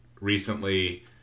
recently